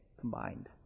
combined